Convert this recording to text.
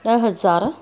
ॿ हज़ार